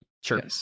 Sure